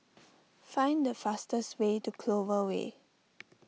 find the fastest way to Clover Way